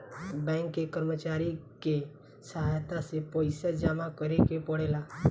bank के कर्मचारी के सहायता से पइसा जामा करेके पड़ेला